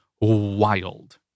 wild